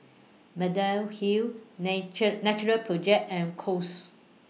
Mediheal Nature Natural Project and Kose